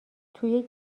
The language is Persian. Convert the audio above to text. توی